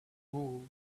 wool